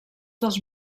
dels